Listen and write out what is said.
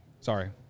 Sorry